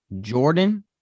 Jordan